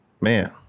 man